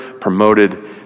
promoted